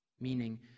Meaning